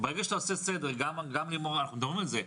שאתה עושה סדר, אנחנו מדברים על זה,